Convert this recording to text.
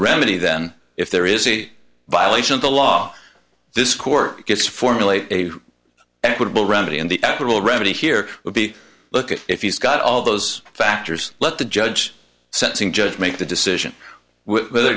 remedy then if there is a violation of the law this court gets to formulate a equitable remedy and the actual remedy here would be look at if he's got all those factors let the judge sentencing judge make the decision with whether